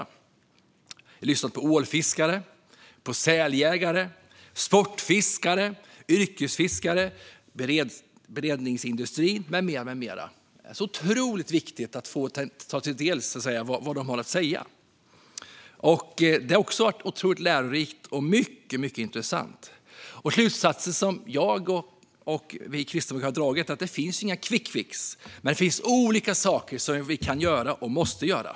Vi har lyssnat på ålfiskare, säljägare, sportfiskare, yrkesfiskare, beredningsindustri med flera. Det har varit otroligt viktigt att få ta del av vad de har att säga. Det har också varit väldigt lärorikt och mycket intressant. Slutsatser som jag och vi kristdemokrater har dragit är att det inte finns några quickfixar, men det finns olika saker som vi kan göra och som vi måste göra.